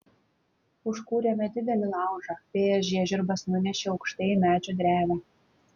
užkūrėme didelį laužą vėjas žiežirbas nunešė aukštai į medžio drevę